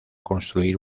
construir